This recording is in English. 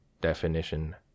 definition